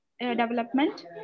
development